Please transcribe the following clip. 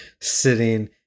sitting